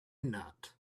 not